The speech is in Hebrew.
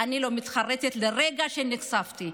אני לא מתחרטת לרגע שנחשפתי.